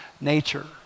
nature